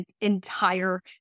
entire